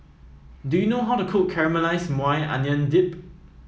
do you know how to cook Caramelized Maui Onion Dip